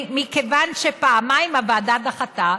מכיוון שפעמיים הוועדה דחתה,